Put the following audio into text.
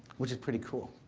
which is pretty cool.